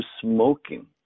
smoking